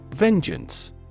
Vengeance